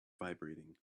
vibrating